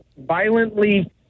violently